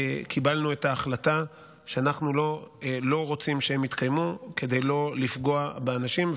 קיבלנו את ההחלטה שאנחנו לא רוצים שהם יתקיימו כדי לא לפגוע באנשים.